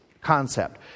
concept